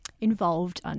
involved